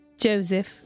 Joseph